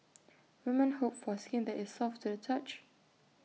woman hope for skin that is soft to the touch